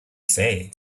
say